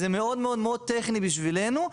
זה מאוד מאוד טכני בשבילנו.